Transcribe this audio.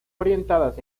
orientadas